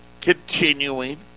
continuing